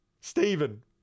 Stephen